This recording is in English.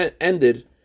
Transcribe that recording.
ended